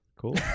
Cool